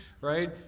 right